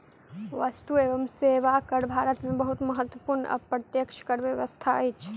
वस्तु एवं सेवा कर भारत में बहुत महत्वपूर्ण अप्रत्यक्ष कर व्यवस्था अछि